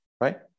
right